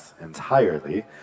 entirely